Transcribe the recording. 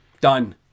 done